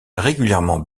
régulièrement